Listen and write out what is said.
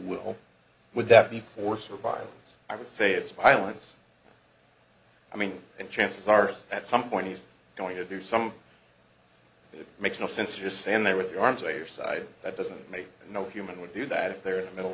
will would that be for survival i would face violence i mean and chances are at some point he's going to do some it makes no sense to just stand there with your arms or your side that doesn't make no human would do that if they're in a middle